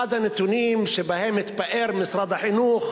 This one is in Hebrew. אחד הנתונים שבהם התפאר משרד החינוך